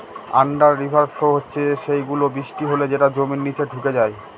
under river flow হচ্ছে সেই গুলো, বৃষ্টি হলে যেটা জমির নিচে ঢুকে যায়